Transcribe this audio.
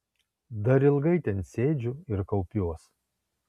dar ilgai ten sėdžiu ir kaupiuos